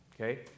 Okay